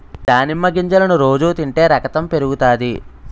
దానిమ్మ గింజలను రోజు తింటే రకతం పెరుగుతాది